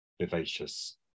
vivacious